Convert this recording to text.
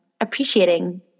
appreciating